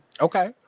Okay